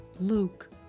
Luke